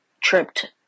tripped